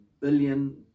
billion